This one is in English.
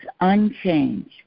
unchanged